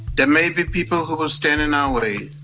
there may be people who will stand in our way.